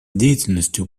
деятельностью